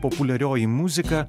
populiarioji muzika